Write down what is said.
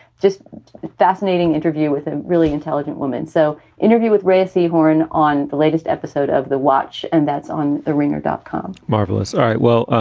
just a fascinating interview with a really intelligent woman. so interview with racey horn on the latest episode of the watch. and that's on the ringer dot dot com marvelous. all right. well,